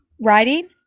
Writing